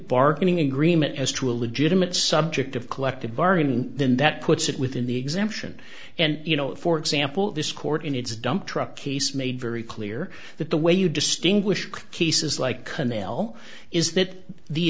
bargaining agreement as to a legitimate subject of collective bargaining then that puts it within the exemption and you know for example this court in its dumptruck case made very clear that the way you distinguish cases like canal is that the